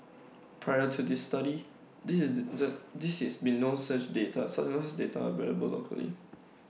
prior to this study this is the this is been no such data such as data available locally